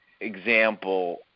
example